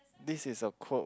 this is a quote